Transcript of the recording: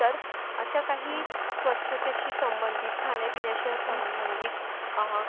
तर अशा काही स्वच्छतेशी संबंधित खाण्या पिण्याच्या संबंधित